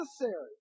necessary